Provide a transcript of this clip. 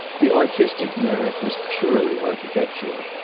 the artistic merit was purely architectural,